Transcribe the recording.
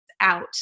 out